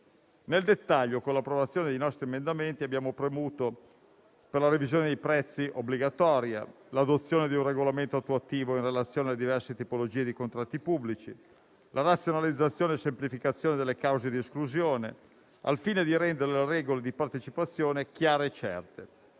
Nel dettaglio, con l'approvazione dei nostri emendamenti abbiamo premuto per la revisione dei prezzi obbligatoria, l'adozione di un regolamento attuativo in relazione alle diverse tipologie di contratti pubblici, la razionalizzazione e semplificazione delle cause di esclusione, al fine di rendere le regole di partecipazione chiare e certe,